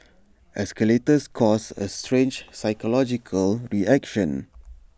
escalators cause A strange psychological reaction